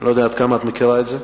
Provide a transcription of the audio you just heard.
אני לא יודע עד כמה את מכירה את זה.